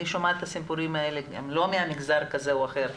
אני שומעת את הסיפורים האלה והם לא ממגזר כזה או אחר.